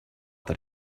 that